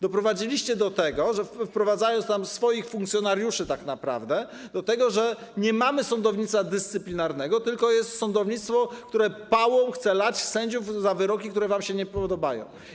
Doprowadziliście do tego, wprowadzając tam swoich funkcjonariuszy tak naprawdę, że nie mamy sądownictwa dyscyplinarnego, tylko jest sądownictwo, które pałą chce lać sędziów za wyroki, które wam się nie podobają.